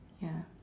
ya